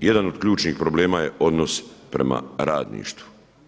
jedan od ključnih problema je odnos prema radništvu.